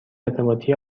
ارتباطی